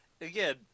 again